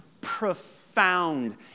profound